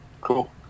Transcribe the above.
Cool